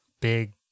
big